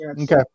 Okay